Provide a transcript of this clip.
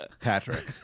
patrick